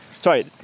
sorry